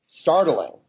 startling